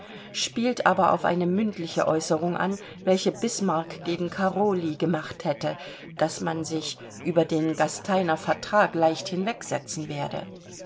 spielt aber auf eine mündliche äußerung an welche bismarck gegen krolyi gemacht hätte daß man sich über den gasteiner vertrag leicht hinwegsetzen werde